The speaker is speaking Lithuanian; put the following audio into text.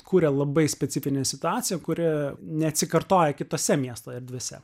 kuria labai specifinę situaciją kuri neatsikartoja kitose miesto erdvėse